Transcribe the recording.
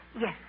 Yes